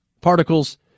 Particles